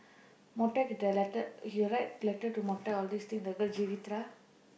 மொட்டேக்கிட்ட:motdeekkitda letter he will write letter to மொட்டே:motdee all these thing the girl Jeevitha